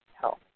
health